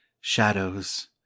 shadows